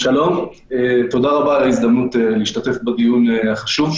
תודה רבה על ההזדמנות להשתתף בדיון החשוב.